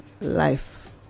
life